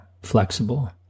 flexible